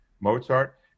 Mozart